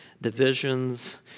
divisions